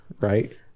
right